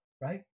right